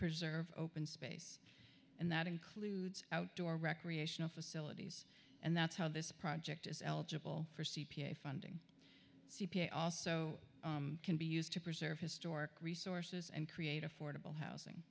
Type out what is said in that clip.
preserve open space and that includes outdoor recreational facilities and that's how this project is eligible for c p a funding c p a also can be used to preserve historic resources and create affordable housing